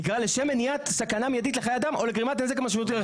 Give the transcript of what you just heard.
כתוב לשם מניעת סכנת מיידית לחיי אדם או לגרימת נזק משמעותי לרכוש.